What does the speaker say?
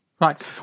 Right